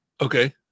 Okay